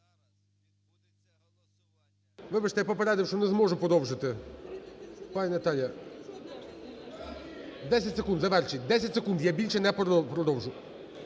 Вибачте, я попередив, що не зможу продовжити. Пані Наталія, 10 секунд завершіть, 10 секунд, я більше не продовжу.